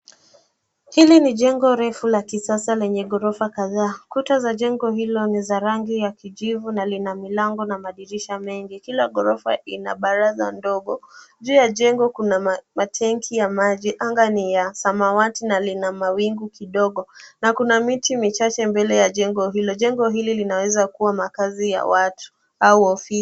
Hili ni jengo refu la kisasa lenye ghorofa kadhaa. Kuta za jengo hilo ni za rangi ya kijivu na lina milango na madirisha mengi. Kila ghorofa lina baraza ndogo . Juu ya jengo kuna matenki ya maji anga ni ya samawati na lina mawingu kidogo na kuna miti michache mbele ya jengo hilo. Jengo hili linaweza kuwa makazi ya watu au ofisi.